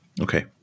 Okay